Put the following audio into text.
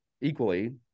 equally